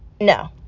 No